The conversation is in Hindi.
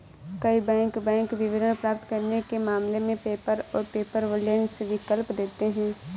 कई बैंक बैंक विवरण प्राप्त करने के मामले में पेपर और पेपरलेस विकल्प देते हैं